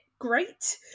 Great